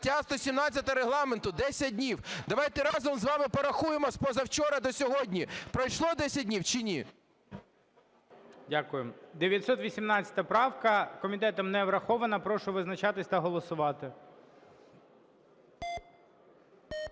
Дякую. 918 правка, комітетом не врахована. Прошу визначатись та голосувати.